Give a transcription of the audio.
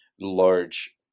large